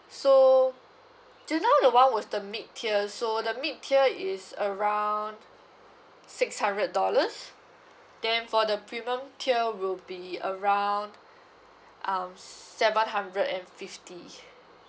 so just now the one was the mid tier so the mid tier is around six hundred dollars then for the premium tier will be around um seven hundred and fifty